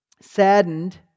saddened